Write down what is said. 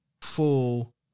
full